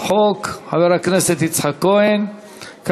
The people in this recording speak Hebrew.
חבר הכנסת יצחק כהן על שתי הצעות החוק במשולב.